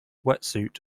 wetsuit